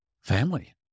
Family